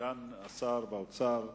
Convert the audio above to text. סגן שר האוצר,